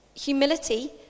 humility